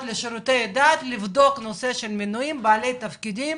לשירותי דת לבדוק את הנושא של מינוים בעלי תפקידים.